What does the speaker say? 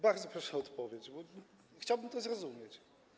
Bardzo proszę o odpowiedź, bo chciałbym to zrozumieć.